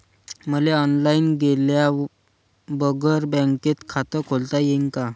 मले ऑनलाईन गेल्या बगर बँकेत खात खोलता येईन का?